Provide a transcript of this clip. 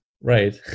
Right